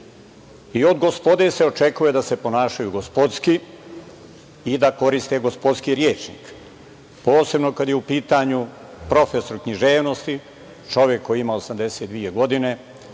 Od „GOSPODE“ se očekuje da se ponašaju gospodski i da koriste gospodski rečnik, posebno kada je u pitanju profesor književnosti, čovek koji ima 82 godine,